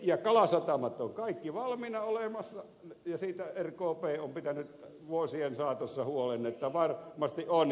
kalasatamat ovat kaikki valmiina olemassa ja siitä rkp on pitänyt vuosien saatossa huolen että varmasti ovat